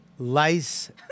Lice